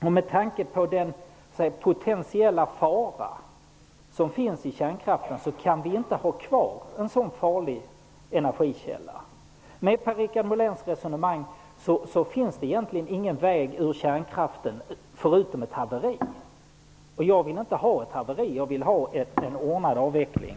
Kärnkraften är en potentiell fara, och vi kan inte ha kvar en så farlig energikälla. Med Per-Richard Moléns resonemang finns det egentligen ingen annan väg ut ur kärnkraften än ett haveri. Jag vill inte ha ett haveri utan en ordnad avveckling.